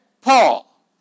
Paul